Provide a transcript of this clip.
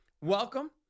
Welcome